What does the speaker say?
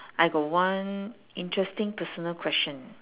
I got one interesting personal question